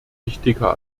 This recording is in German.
wichtiger